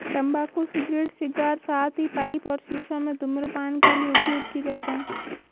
तंबाकू cigarette, cigar, साथ ही पाइप और शीशों में धूम्रपान के लिए उपयोग किए जाते हैं